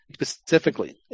specifically